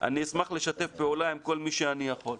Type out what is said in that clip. אני אשמח לשתף פעולה עם כל מי שאני יכול.